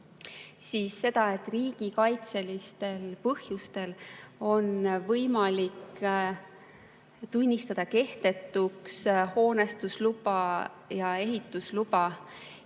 silmas seda, et riigikaitselistel põhjustel on võimalik tunnistada kehtetuks hoonestusluba ja ehitusluba.